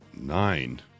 nine